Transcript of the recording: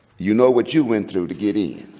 you know what you went through to get in,